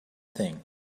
thing